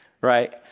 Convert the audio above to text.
Right